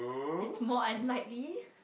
it's more unlikely